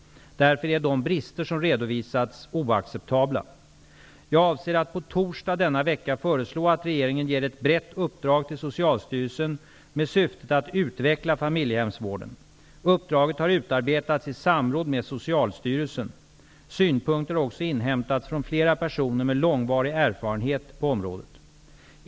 Därför är de brister som redovisats oacceptabla. Jag avser att på torsdag denna vecka föreslå att regeringen ger ett brett uppdrag till Socialstyrelsen med syftet att utveckla familjehemsvården. Uppdraget har utarbetats i samråd med Socialstyrelsen. Synpunkter har också inhämtats från flera personer med långvarig erfarenhet på området.